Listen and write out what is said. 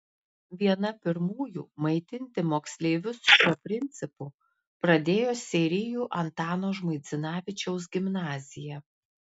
viena pirmųjų maitinti moksleivius šiuo principu pradėjo seirijų antano žmuidzinavičiaus gimnazija